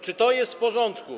Czy to jest w porządku?